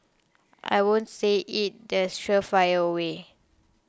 I won't say it's the surefire way